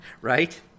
right